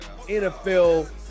NFL